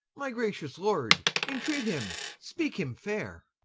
my gracious lord intreat him, speak him fair